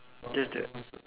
just that